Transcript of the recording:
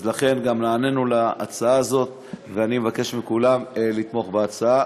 נענינו להצעה הזאת, ואני מבקש מכולם לתמוך בהצעה.